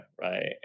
right